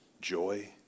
joy